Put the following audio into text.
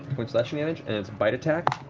points slashing damage, and its bite attack.